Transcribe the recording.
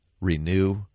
renew